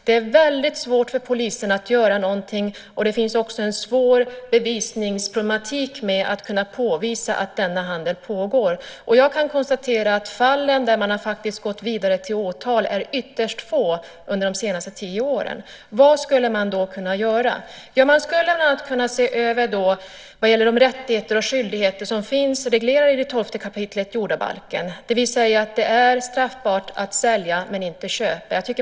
Det är väldigt svårt för polisen att göra någonting, och det finns också en svår bevisningsproblematik med att påvisa att denna handel pågår. Jag kan konstatera att fallen där man faktiskt har gått vidare till åtal är ytterst få under de senaste tio åren. Vad skulle man då kunna göra? Ja, man skulle bland annat kunna se över de rättigheter och skyldigheter som finns reglerade i 12 kap. jordabalken, det vill säga att det är straffbart att sälja men inte köpa.